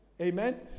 Amen